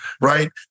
right